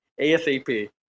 ASAP